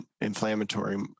inflammatory